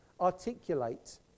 articulate